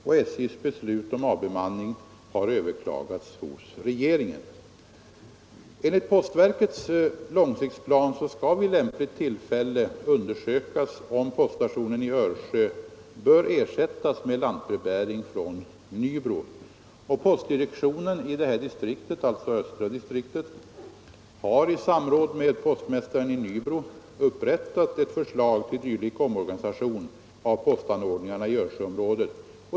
SJ:s beslut om avbemanning har överklagats hos regeringen. Postdirektionen i östra distriktet har i samråd med postmästaren i Nybro upprättat ett förslag till dylik omorganisation av postanordningarna i Örsjöområdet.